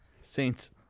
Saints